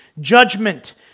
judgment